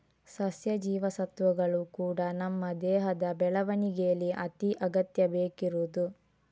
ಸಸ್ಯ ಜೀವಸತ್ವಗಳು ಕೂಡಾ ನಮ್ಮ ದೇಹದ ಬೆಳವಣಿಗೇಲಿ ಅತಿ ಅಗತ್ಯ ಬೇಕಿರುದು